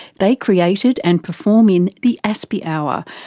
they created and perform in the aspie hour,